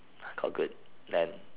got good then